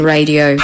Radio